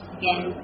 again